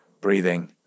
Breathing